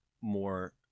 more